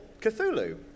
Cthulhu